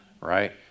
right